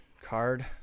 Card